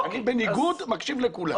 אני בניגוד אני מקשיב לכולם.